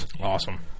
Awesome